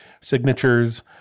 signatures